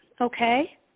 okay